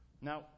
now